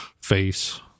face